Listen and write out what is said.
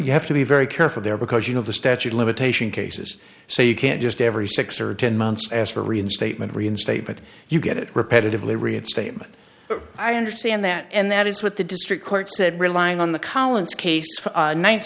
you have to be very careful there because you know the statute of limitation cases so you can't just every six or ten months as for reinstatement reinstatement you get it repetitively reinstatement i understand that and that is what the district court said relying on the